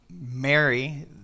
Mary